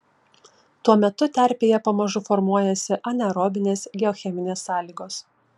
tuo metu terpėje pamažu formuojasi anaerobinės geocheminės sąlygos